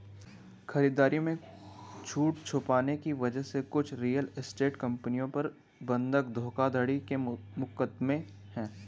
खरीदारी में छूट छुपाने की वजह से कुछ रियल एस्टेट कंपनियों पर बंधक धोखाधड़ी के मुकदमे हैं